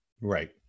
Right